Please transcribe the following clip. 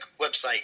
website